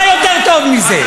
מה יותר טוב מזה?